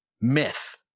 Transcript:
myth